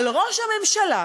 אבל ראש הממשלה